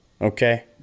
Okay